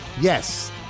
Yes